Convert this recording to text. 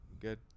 Good